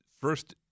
first